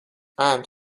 and